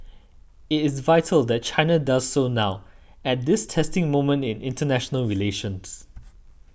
it is vital that China does so now at this testing moment in international relations